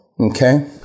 Okay